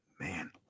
man